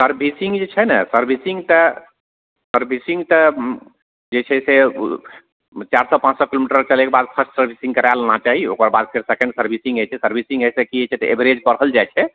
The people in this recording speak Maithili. सर्विसिंग जे छै ने सर्विसिंग तऽ सर्विसिंग तऽ जे छै से चारि सओ पाँच सओ किलोमीटर चलयके बाद फर्स्ट सर्विसिंग करा लेना चाही ओकर बाद फेर सेकेण्ड सर्विसिंग होइ छै सर्विसिंग अइसँ की होइ छै तऽ एवरेज बढ़ल जाइ छै